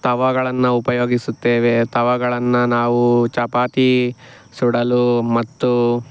ತವಾಗಳನ್ನು ಉಪಯೋಗಿಸುತ್ತೇವೆ ತವಾಗಳನ್ನು ನಾವು ಚಪಾತಿ ಸುಡಲು ಮತ್ತು